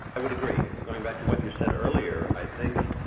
i would agree. going back to what you said earlier, i think,